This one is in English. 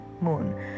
Moon